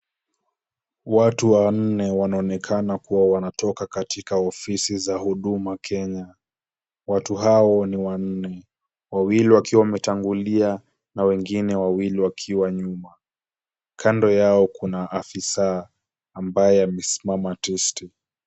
Watu wanne wanaonekana kuwa wanatoka katika offisi za huduma Kenya, watu hao ni wanne. Wawili wakiwa wametangulia na wengine wawili wakiwa nyuma , kando yao Kuna afisa ambaye amesimama tisti.